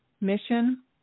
mission